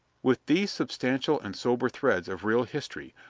with these substantial and sober threads of real history,